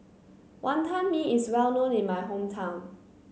Wonton Mee is well known in my hometown